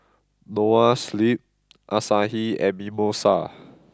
Noa Sleep Asahi and Mimosa